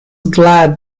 glad